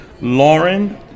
Lauren